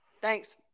Thanks